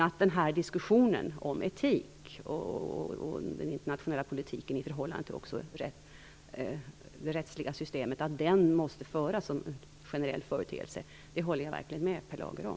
Att diskussionen om etik och den internationella politiken också i förhållande till det rättsliga systemet måste föras som en generell företeelse håller jag verkligen med Per Lager om.